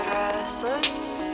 restless